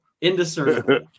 indiscernible